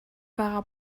байгаа